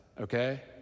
okay